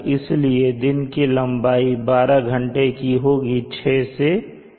इसलिए दिन की लंबाई 12 आवर होगी 6 से 6